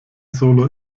solo